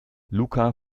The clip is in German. luca